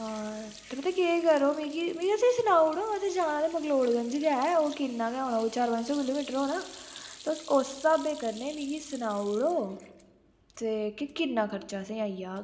हा मतलब पता केह् करो तुस असेंगी एह् सनाई ओड़ो जाना ते असेंगी मकलोडगं कन्नै मिगी सनाई ओड़ो के किन्ना खर्चा असेंगी आई जाना